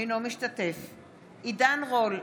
אינו משתתף בהצבעה עידן רול,